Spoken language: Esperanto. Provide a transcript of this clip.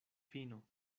fino